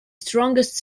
strongest